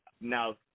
now